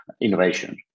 innovation